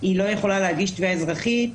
היא לא יכולה להגיש תביעה אזרחית,